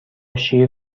شیر